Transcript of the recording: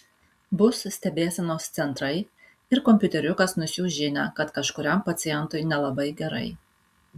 bus stebėsenos centrai ir kompiuteriukas nusiųs žinią kad kažkuriam pacientui nelabai gerai